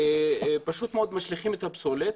ופשוט מאוד משליכים את הפסולת,